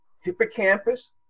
hippocampus